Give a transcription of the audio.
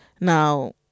Now